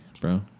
bro